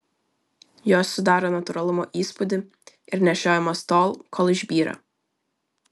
jos sudaro natūralumo įspūdį ir nešiojamos tol kol išbyra